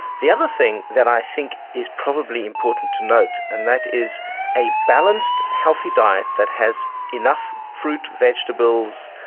the other thing that i think is probably important to note, and that is a balanced healthy diet that has enough fruit, vegetables,